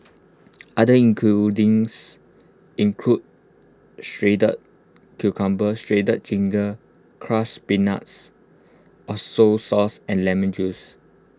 other ingredients include shredded cucumber shredded ginger crushed peanuts A soy sauce and lemon juice